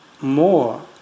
more